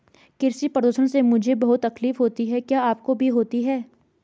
कृषि प्रदूषण से मुझे बहुत तकलीफ होती है क्या आपको भी होती है